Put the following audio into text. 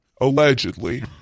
Allegedly